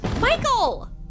Michael